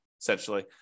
essentially